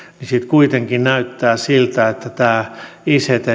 sitten kuitenkin näyttää siltä että tässä ict